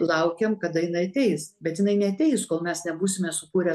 laukėm kada jinai ateis bet jinai neateis kol mes nebūsime sukūrę